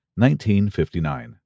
1959